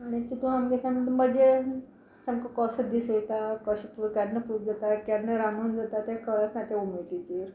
आनी तितूं आमगे सामके मजेन सामको कसो दीस वयता कशें केन्ना पुजा जाता केन्ना रांदून जाता तें कळना ते उमेदीचेर